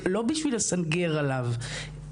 לא בשביל לסנגר עליו,